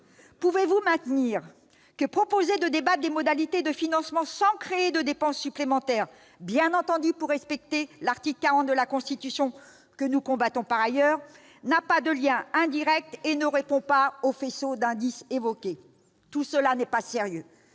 pouvez-vous maintenir que proposer de débattre des modalités de financement, sans créer de dépenses supplémentaires, bien entendu pour respecter l'article 40 de la Constitution que nous combattons par ailleurs, n'a pas de lien indirect et ne répond pas au faisceau d'indices évoqués ? Tout cela n'est pas sérieux